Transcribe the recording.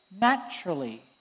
naturally